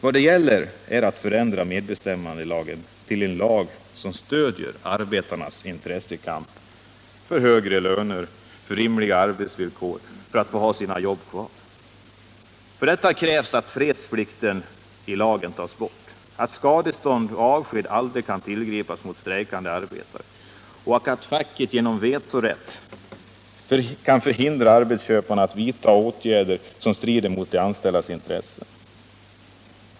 Vad det gäller är att förändra MBL till en lag som stöder arbetarnas intressekamp för högre löner, rimliga arbetsvillkor och rätten att få ha sitt jobb kvar. För detta krävs att fredsplikten i lagen tas bort, att skadestånd och avsked aldrig får tillgripas mot strejkande arbetare och att facket genom vetorätt kan förhindra arbetsköparna att vidta åtgärder som strider mot de anställdas intressen.